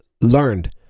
learned